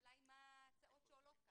השאלה היא מה ההצעות שעולות כאן.